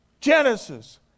Genesis